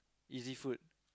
easy food